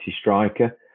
striker